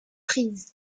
prises